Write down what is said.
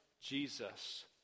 Jesus